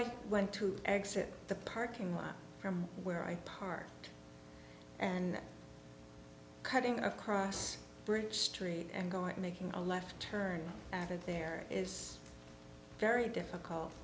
i went to exit the parking lot from where i parked and cutting across bridge street and going to making a left turn after there is very difficult